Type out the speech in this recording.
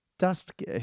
Dust